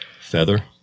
Feather